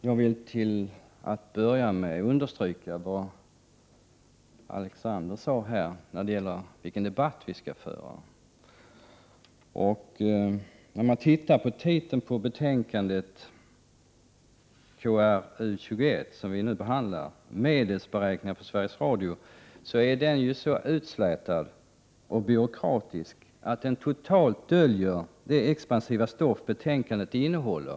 Herr talman! Jag vill understryka det Alexander Chrisopoulos här sade om den debatt vi skall föra. Titeln på det betänkande som vi nu behandlar — KrU21, Medelsberäkningar för Sveriges Radio m.m. — är så utslätad och byråkratisk att den totalt döljer det expansiva stoff betänkandet innehåller.